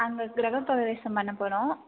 அங்கே கிரகபிரவேசம் பண்ணப்போகறோம்